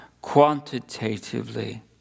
quantitatively